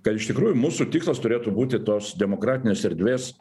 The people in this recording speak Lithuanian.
kad iš tikrųjų mūsų tikslas turėtų būti tos demokratinės erdvės